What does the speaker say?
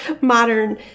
modern